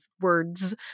words